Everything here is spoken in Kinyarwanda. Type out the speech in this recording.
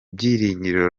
byiringiro